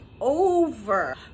over